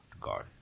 God